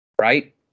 Right